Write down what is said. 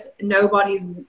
nobody's